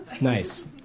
Nice